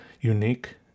Unique